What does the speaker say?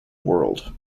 world